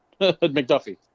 McDuffie